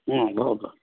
भवतु